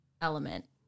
element